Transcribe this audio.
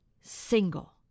single